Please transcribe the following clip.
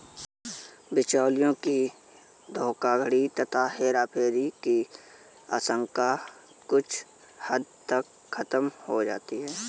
बिचौलियों की धोखाधड़ी तथा हेराफेरी की आशंका कुछ हद तक खत्म हो जाती है